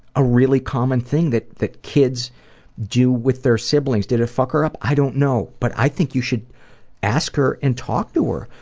a really common thing that that kids do with their siblings. did it fuck her up? i don't know. but i think you should ask her and talk to her.